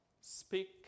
Speak